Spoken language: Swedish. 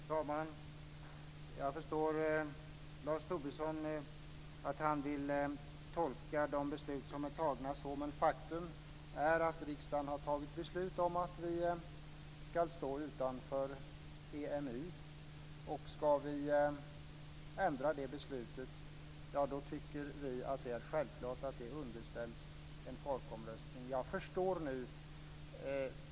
Fru talman! Jag förstår att Lars Tobisson vill tolka de beslut som är fattade så, men faktum är att riksdagen har fattat beslut om att vi ska stå utanför EMU. Om vi ska ändra det beslutet tycker vi att det är självklart att det underställs en folkomröstning.